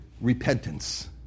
Repentance